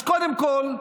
אז קודם כול,